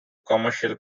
commercial